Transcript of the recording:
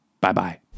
Bye-bye